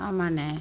ஆமாண்ணே